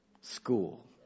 school